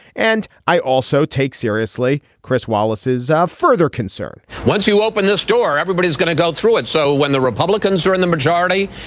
and i also take seriously, chris wallaces of further concern once you open this door, everybody is going to go through it. so when the republicans are in the majority,